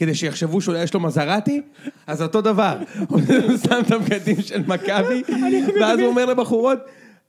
כדי שיחשבו שאולי יש לו מזרטי, אז אותו דבר, הוא שם את הבגדים של מכבי ואז הוא אומר לבחורות